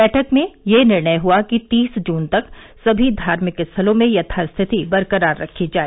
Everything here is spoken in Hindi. बैठक में यह निर्णय हुआ कि तीस जून तक सभी धार्मिक स्थलों में यथास्थिति बरकरार रखी जाए